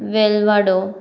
वेलवाडो